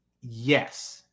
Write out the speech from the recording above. yes